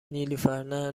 نیلوفرنه